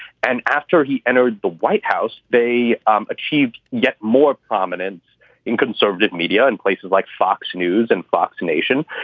and after he entered the white house, they achieved yet more prominence in conservative media in places like fox news and fox nation.